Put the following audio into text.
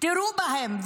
תירו בהם.